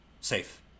safe